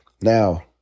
Now